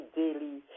daily